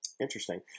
Interesting